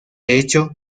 hecho